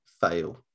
fail